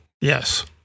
Yes